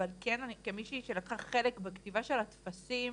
אבל כמישהי שלקחה חלק בכתיבה של הטפסים,